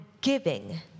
giving